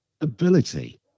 ability